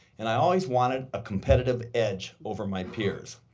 and i always wanted a competitive edge over my peers.